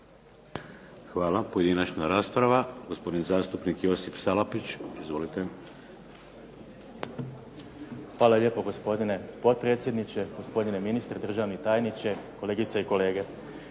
Hvala. Pojedinačna rasprava. Gospodin zastupnik Josip Salapić. Izvolite. **Salapić, Josip (HDZ)** Hvala lijepo. Gospodine potpredsjedniče, gospodine ministre, državni tajniče, kolegice i kolege.